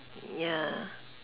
ya